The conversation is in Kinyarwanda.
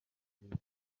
cyiza